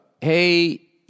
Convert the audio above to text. Hey